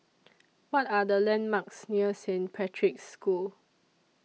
What Are The landmarks near Saint Patrick's School